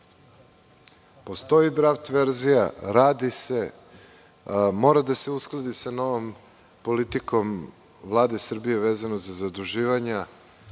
postoji draft verzija, radi se, mora da se uskladi sa novom politikom Vlade Srbije vezano za zaduživanja.